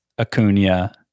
Acuna